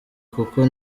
kuko